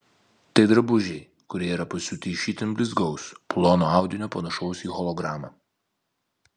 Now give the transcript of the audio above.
tai drabužiai kurie yra pasiūti iš itin blizgaus plono audinio panašaus į hologramą